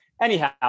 Anyhow